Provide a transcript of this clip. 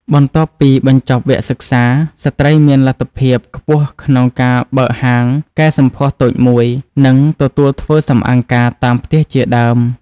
បន្ទាប់ពីបញ្ចប់វគ្គសិក្សា ស្ត្រីមានលទ្ធភាពខ្ពស់ក្នុងការបើកហាងកែសម្ផស្សតូចមួយ និងទទួលធ្វើសម្អាងការតាមផ្ទះជាដើម។